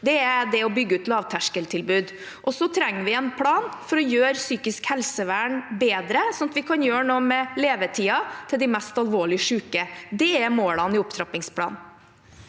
Det er å bygge ut lavterskeltilbud. Så trenger vi en plan for å gjøre psykisk helsevern bedre, slik at vi kan gjøre noe med levetiden til de mest alvorlig syke. Det er målene i opptrappingsplanen.